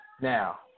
Now